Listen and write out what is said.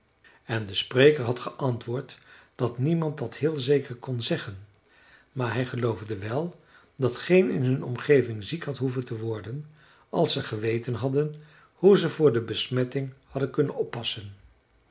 en de spreker had geantwoord dat niemand dat heel zeker kon zeggen maar hij geloofde wel dat geen in hun omgeving ziek had hoeven te worden als ze geweten hadden hoe ze voor de besmetting hadden kunnen oppassen